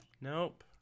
nope